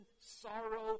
sorrow